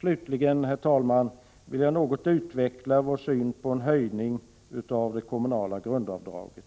Slutligen, herr talman, vill jag något utveckla vår syn på en höjning av det kommunala grundavdraget.